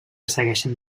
segueixen